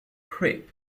creep